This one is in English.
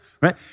right